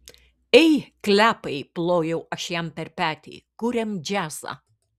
ei klepai plojau aš jam per petį kuriam džiazą